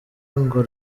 ngo